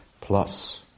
plus